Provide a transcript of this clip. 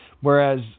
Whereas